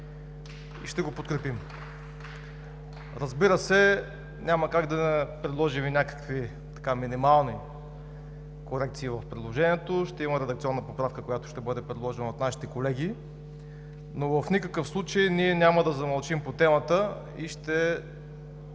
(Ръкопляскания.) Разбира се, няма как да не предложим и някакви минимални корекции в предложението. Ще има редакционна поправка, която ще бъде предложена от нашите колеги, но в никакъв случай ние няма да замълчим по темата и ще